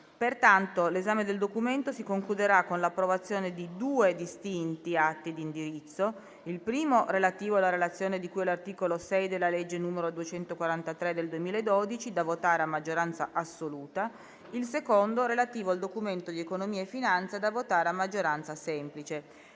Pertanto, l'esame del Documento si concluderà con l'approvazione di due distinti atti di indirizzo: il primo, relativo alla Relazione di cui all'articolo 6, comma 5, della legge n. 243 del 2012, da votare a maggioranza assoluta; il secondo, relativo al Documento di economia e finanza, da votare a maggioranza semplice.